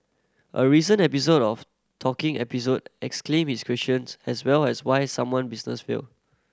a recent episode of Talking Episode examined this questions as well as why some one businesses fail